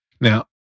Now